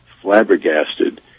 flabbergasted